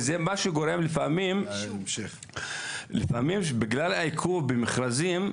וזה מה שגורם לפעמים בגלל העיכוב במכרזים,